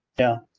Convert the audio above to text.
yeah,